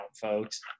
folks